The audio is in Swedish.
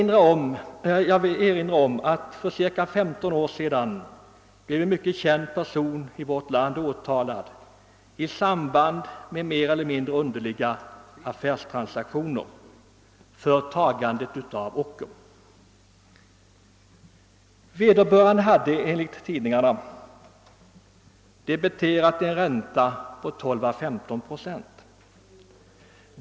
Jag erinrar om att för cirka 15 år sedan blev en i vårt land mycket känd person åtalad för ocker i samband med mer eller mindre underliga affärstransaktioner. Vederbörande hade enligt tidningarna debiterat en ränta på 12 å 15 procent.